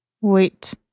Wait